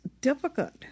difficult